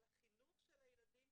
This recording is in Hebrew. על החינוך של הילדים